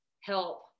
help